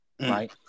right